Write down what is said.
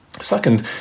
Second